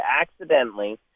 accidentally